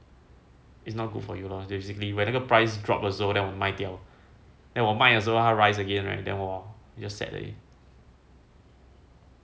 it's not good for you lah basically when 那个 price dropped 的时候 then 我卖掉 and 我买的时候 rise again right then 我 sad 而已